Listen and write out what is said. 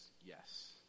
yes